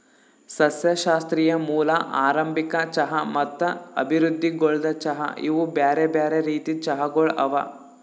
ಸಸ್ಯಶಾಸ್ತ್ರೀಯ ಮೂಲ, ಆರಂಭಿಕ ಚಹಾ ಮತ್ತ ಅಭಿವೃದ್ಧಿಗೊಳ್ದ ಚಹಾ ಇವು ಬ್ಯಾರೆ ಬ್ಯಾರೆ ರೀತಿದ್ ಚಹಾಗೊಳ್ ಅವಾ